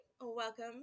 welcome